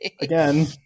again